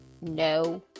No